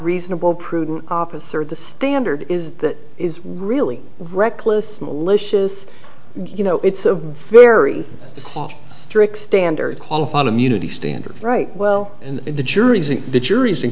reasonable prudent officer the standard is that is really reckless malicious you know it's a very strict standard qualified immunity standard right well and the juries and the juries in